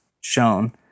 shown